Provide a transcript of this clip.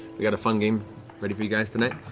we've got a fun game ready for you guys tonight.